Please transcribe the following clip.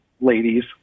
ladies